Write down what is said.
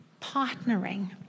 partnering